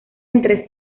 entre